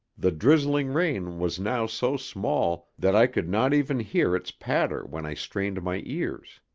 the drizzling rain was now so small that i could not even hear its patter when i strained my ears.